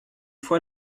fois